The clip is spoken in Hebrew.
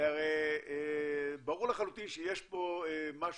זה הרי ברור לחלוטין שיש פה משהו,